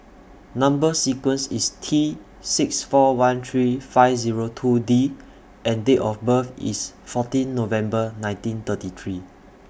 Number sequence IS T six four one three five Zero two D and Date of birth IS fourteen November nineteen thirty three